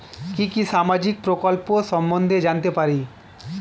কি কি সামাজিক প্রকল্প সম্বন্ধে জানাতে পারি?